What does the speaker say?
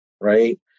right